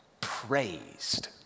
praised